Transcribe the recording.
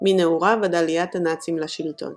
מנעוריו עד עליית הנאצים לשלטון